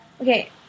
Okay